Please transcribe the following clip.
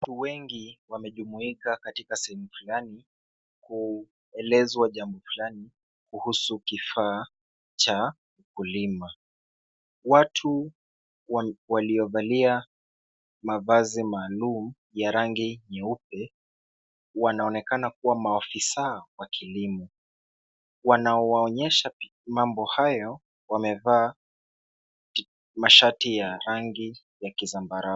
Watu wengi wamejumuika katika sehemu fulani kuelezwa jambo fulani kuhusu kifaa cha kulima. Watu waliovalia mavazi maalum ya rangi nyeupe wanaonekana kuwa maafisa wa kilimo wanawaonyesha mambo hayo wamevaa mashati ya rangi ya kizambarau.